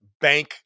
bank